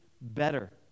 better